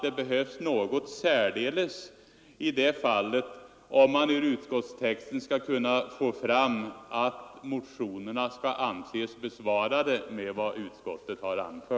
Det behövs något särdeles i det fallet om man ur utskottstexten skall kunna få fram att motionerna skall anses besvarade med vad utskottet har anfört.